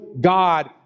God